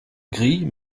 gris